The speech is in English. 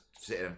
sit